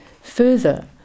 Further